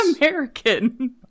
American